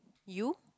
you